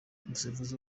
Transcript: umusifuzi